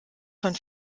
von